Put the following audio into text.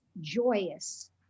joyous